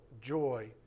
joy